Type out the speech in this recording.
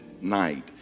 night